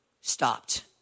stopped